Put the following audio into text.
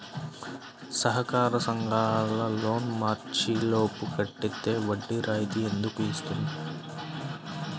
సహకార సంఘాల loan March లోపు కట్టితే వడ్డీ రాయితీ ఎందుకు ఇస్తుంది?